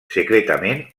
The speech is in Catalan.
secretament